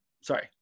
Sorry